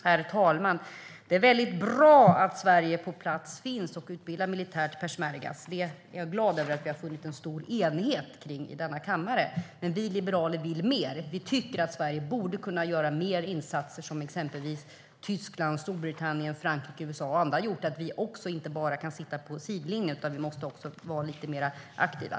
Herr talman! Det är väldigt bra att Sverige är på plats och militärt utbildar peshmerga. Det är jag glad över att vi har funnit en stor enighet om i denna kammare. Men vi liberaler vill mer. Vi tycker att Sverige borde kunna göra mer insatser som exempelvis Tyskland, Storbritannien, Frankrike, USA och andra gjort. Vi kan inte bara sitta på sidlinjen utan vi måste också vara lite mer aktiva.